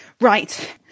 Right